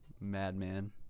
madman